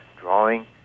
drawing